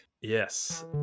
yes